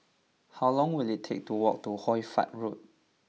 how long will it take to walk to Hoy Fatt Road